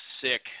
sick